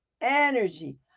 energy